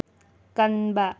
ꯀꯟꯕ